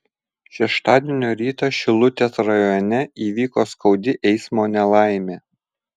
šeštadienio rytą šilutės rajone įvyko skaudi eismo nelaimė